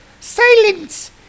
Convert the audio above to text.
Silence